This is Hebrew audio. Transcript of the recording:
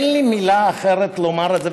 אין לי מילה אחרת לומר על זה,